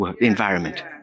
environment